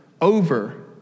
over